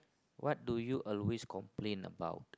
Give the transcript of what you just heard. what do you always complain about